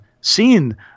seen